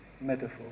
metaphor